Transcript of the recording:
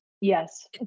yes